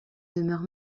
demeure